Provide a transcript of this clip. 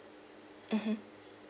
mmhmm